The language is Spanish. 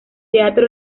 teatro